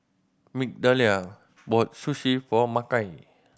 Migdalia bought Sushi for Makai